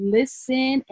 listen